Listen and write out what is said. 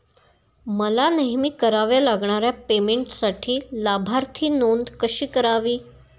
मला नेहमी कराव्या लागणाऱ्या पेमेंटसाठी लाभार्थी नोंद कशी करावी?